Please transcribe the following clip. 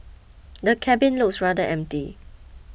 the cabin looks rather empty